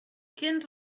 kind